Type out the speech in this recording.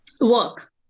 Work